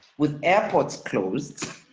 with airports closed,